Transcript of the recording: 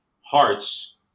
hearts